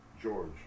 George